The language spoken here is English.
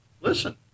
listen